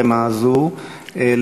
הערמה הזאת.